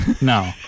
No